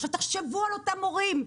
עכשיו תחשבו על אותם הורים,